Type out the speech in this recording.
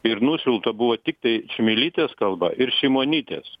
ir nušvilpta buvo tiktai čmilytės kalba ir šimonytės